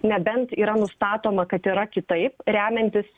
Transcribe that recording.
nebent yra nustatoma kad yra kitaip remiantis